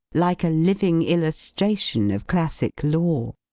like a living illustration of classic lore.